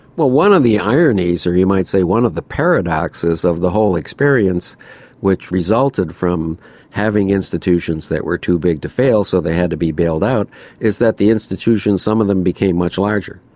one of the ironies or you might say one of the paradoxes of the whole experience which resulted from having institutions that were too big to fail so they had to be bailed out is that the institutions, some of them became much larger.